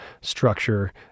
structure